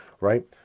right